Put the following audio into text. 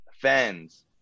fans